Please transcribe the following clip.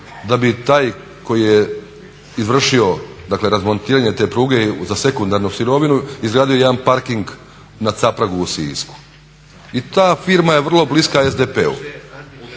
da bi taj koji je izvršio dakle razmontiranje te pruge za sekundarnu sirovinu izgradio jedan parking na Capragu u Sisku i ta firma je vrlo bliska SDP-u,